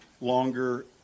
longer